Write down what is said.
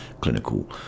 clinical